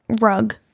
rug